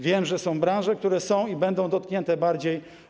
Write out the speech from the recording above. Wiem, że są branże, które są i będą dotknięte bardziej.